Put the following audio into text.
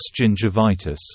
gingivitis